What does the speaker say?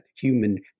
human